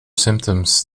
symptoms